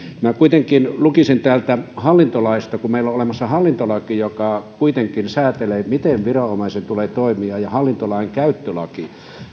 lukisin täältä hallintolaista kun meillä on olemassa hallintolaki joka kuitenkin säätelee miten viranomaisen tulee toimia ja hallintolainkäyttölaki